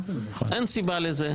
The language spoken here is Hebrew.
אין סיבה לזה.